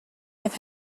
have